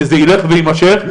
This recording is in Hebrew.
וזה יילך ויימשך,